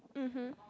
mmhmm